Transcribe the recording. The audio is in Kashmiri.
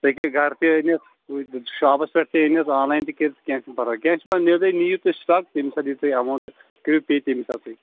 تُہۍ ہیٚکِو گرٕ تہِ أنِتھ شاپس پیٚٹھ تہِ أنِتھ آن لاین تہِ کٔرِتھ کیٚنٛہہ چھُنہٕ پرواے کیٚنٛہہ چھُنہٕ پرواے نِیِو تُہۍ سِٹاک تٔمی ساتہٕ دِیِو تُہۍ ایٚماونٛٹ دِتھ کٔرِو پےٚ تٔمی ساتہٕ تُہۍ